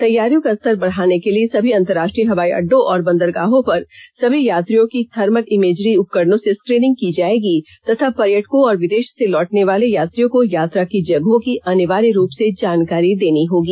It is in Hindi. तैयारियों का स्तर बढ़ाने के लिए सभी अंतर्राष्ट्रीय हवाई अड्डों और बंदरगाहों पर सभी यात्रियों की थर्मल इमेजरी उपकरणों से स्क्रीनिंग की जाएगी तथा पर्यटकों और विदेश से लौटने वाले यात्रियों को यात्रा की जगहों की अनिवार्य रूप से जानकारी देनी होगी